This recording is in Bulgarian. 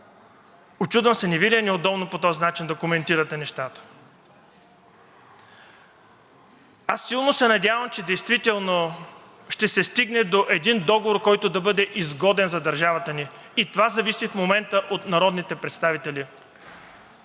учудвам се, не Ви ли е неудобно по този начин да коментирате нещата?! Силно се надявам, че действително ще се стигне до един договор, който да бъде изгоден за държавата ни, и това зависи в момента от народните представители.